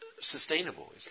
sustainable